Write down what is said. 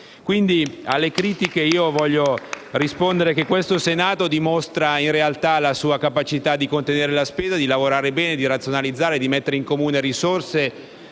Alle critiche voglio rispondere che questo Senato dimostra, in realtà, la sua capacità di contenere la spesa, di lavorare bene, di razionalizzare, di mettere in comune risorse